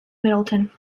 middleton